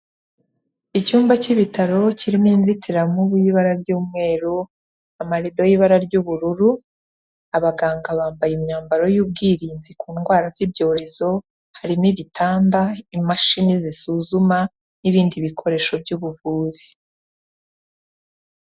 Icyumba cy'ibitaro kirimo inzitiramubu y'ibara ry'umweru, amarido y'ibara ry'ubururu, abaganga bambaye imyambaro y'ubwirinzi ku ndwara z'ibyorezo, harimo ibitanda, imashini zisuzuma n'ibindi bikoresho by'ubuvuzi.